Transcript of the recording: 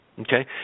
Okay